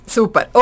Super